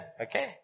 okay